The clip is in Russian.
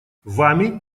вами